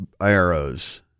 arrows